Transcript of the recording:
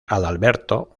adalberto